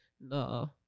No